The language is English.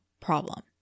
problem